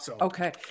okay